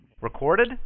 Recorded